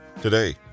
Today